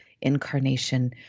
incarnation